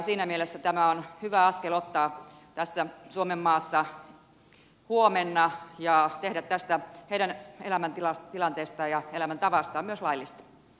siinä mielessä tämä on hyvä askel ottaa suomenmaassa huomenna ja tehdä heidän elämäntilanteestaan ja elämäntavastaan myös laillista